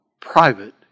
private